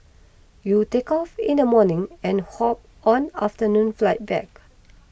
you'll take off in the morning and hop on afternoon flight back